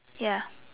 ya